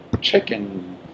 chicken